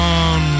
on